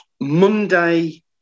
Monday